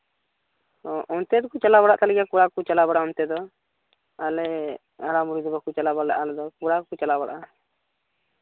ᱦᱚᱸ ᱚᱱᱛᱮ ᱫᱚᱠᱚ ᱪᱟᱞᱟᱣ ᱵᱟᱲᱟᱜ ᱠᱟᱱ ᱜᱮᱭᱟ ᱠᱚᱲᱟ ᱠᱚᱠᱚ ᱪᱟᱞᱟᱣ ᱵᱟᱲᱟᱜᱼᱟ ᱚᱱᱛᱮ ᱫᱚ ᱟᱞᱮ ᱦᱟᱲᱟᱢ ᱵᱩᱲᱦᱤ ᱫᱚ ᱵᱟᱠᱚ ᱪᱟᱞᱟᱣ ᱵᱟᱲᱟᱜᱼᱟ ᱟᱞᱮ ᱫᱚ ᱠᱚᱲᱟ ᱠᱚᱠᱚ ᱪᱟᱞᱟᱣ ᱵᱟᱲᱟᱜᱼᱟ